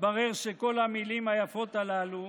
התברר שכל המילים היפות הללו